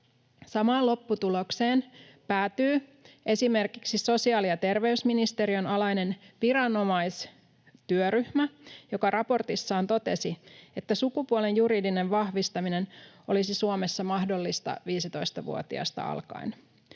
Samaan lopputulokseen päätyi esimerkiksi sosiaali- ja terveysministeriön alainen viranomaistyöryhmä, joka raportissaan totesi, että sukupuolen juridinen vahvistaminen olisi Suomessa mahdollista 15-vuotiaasta alkaen.